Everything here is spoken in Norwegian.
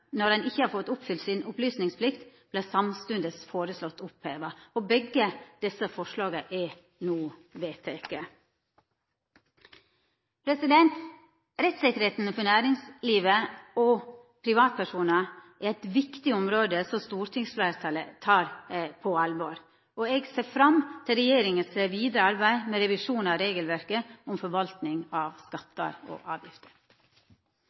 når han ikkje har oppfylt opplysningsplikta si, vart samstundes føreslått oppheva. Begge desse forslaga er no vedtekne. Rettssikkerheita for næringslivet og privatpersonar er eit viktig område som stortingsfleirtalet tek på alvor. Eg ser fram til regjeringas vidare arbeid med revisjon av regelverket om forvaltning av skattar og avgifter.